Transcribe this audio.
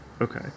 Okay